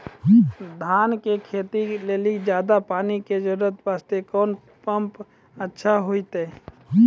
धान के खेती के लेली ज्यादा पानी के जरूरत वास्ते कोंन पम्प अच्छा होइते?